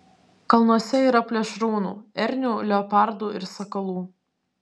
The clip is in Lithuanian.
kalnuose yra plėšrūnų ernių leopardų ir sakalų